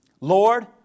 Lord